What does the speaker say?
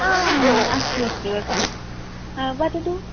आम् अस्तु अस्तु अस्तु वदतु